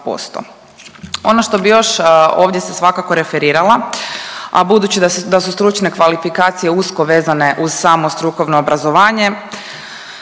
Ono što bi još ovdje se svakako referirala, a budući da su stručne kvalifikacije usko vezane uz samo strukovno obrazovanje